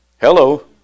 Hello